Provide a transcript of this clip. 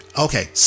Okay